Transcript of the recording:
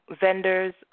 vendors